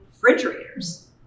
refrigerators